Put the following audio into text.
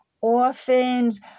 orphans